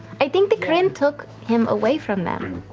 i think the kryn took him away from them.